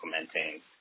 implementing